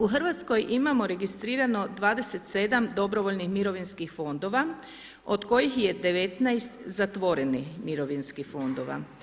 U RH imamo registrirano 27 dobrovoljnih mirovinskih fondova, od kojih je 19 zatvorenih mirovinskih fondova.